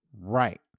Right